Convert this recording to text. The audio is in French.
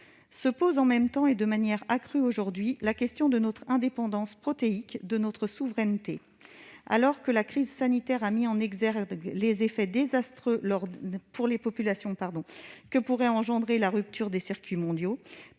Se pose en même temps, et de manière accrue aujourd'hui, la question de notre indépendance protéique et de notre souveraineté, alors que la crise sanitaire a mis en exergue les effets désastreux pour les populations que pourrait avoir la rupture des circuits mondiaux.